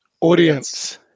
Audience